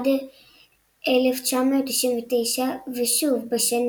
2001–1999 ושוב בשנים